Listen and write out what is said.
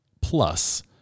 plus